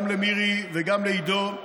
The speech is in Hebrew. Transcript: גם למירי וגם לעידו,